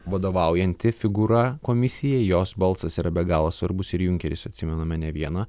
vadovaujanti figūra komisijai jos balsas yra be galo svarbus ir junkeris atsimename ne vieną